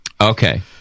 Okay